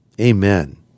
amen